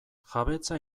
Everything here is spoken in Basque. jabetza